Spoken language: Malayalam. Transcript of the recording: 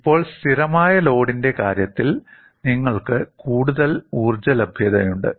ഇപ്പോൾ സ്ഥിരമായ ലോഡിന്റെ കാര്യത്തിൽ നിങ്ങൾക്ക് കൂടുതൽ ഊർജ്ജ ലഭ്യതയുണ്ട്